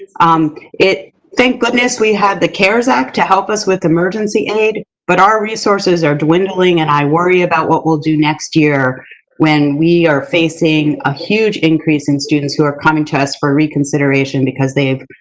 um it, thank goodness we had the cares act to help us with emergency aid, but our resources are dwindling and i worry about what we'll do next year when we are facing a huge increase in students who are coming to us for reconsideration, because they have,